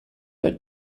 but